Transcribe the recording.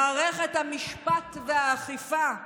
מערכת המשפט והאכיפה,